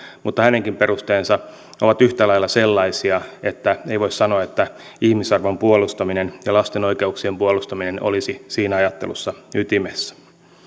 mutta hänenkin perusteensa ovat yhtä lailla sellaisia että ei voi sanoa että ihmisarvon puolustaminen ja lasten oikeuksien puolustaminen olisivat siinä ajattelussa ytimessä